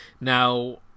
Now